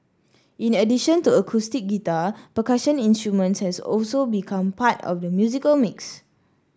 in addition to acoustic guitar percussion instruments has also become part of the musical mix